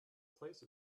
place